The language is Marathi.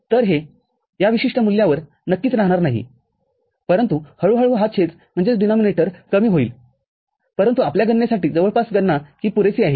तर हे या विशिष्ट मूल्यावर नक्कीच राहणार नाहीपरंतु हळूहळू हा छेदकमी होईलपरंतु आपल्या गणनेसाठीजवळपास गणनाही पुरेसी आहे